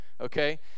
okay